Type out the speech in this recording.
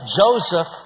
Joseph